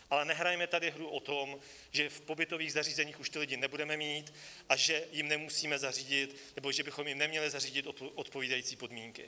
Ale nehrajme tady hru o tom, že v pobytových zařízení už ty lidi nebudeme mít a že jim nemusíme zařídit, nebo že bychom jim neměli zařídit odpovídající podmínky.